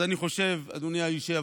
אז אני חושב, אדוני היושב-ראש,